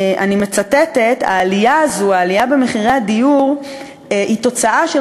ואני מצטטת: "העלייה" במחירי הדיור "היא תוצאה של